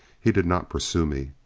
he did not pursue me.